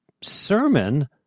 sermon